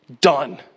Done